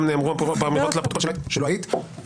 גם נאמרו פה אמירות לפרוטוקול כשלא היית,